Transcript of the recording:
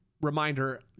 reminder